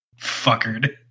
fuckered